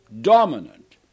dominant